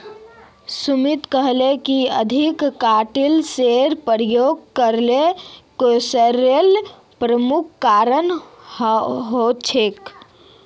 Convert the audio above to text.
सुमित कहले कि अधिक कीटनाशेर प्रयोग करले कैंसरेर प्रमुख कारण हछेक